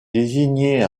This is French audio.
désignait